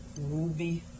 Ruby